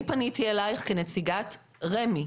אני פניתי אליך כנציגת רמ"י.